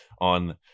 on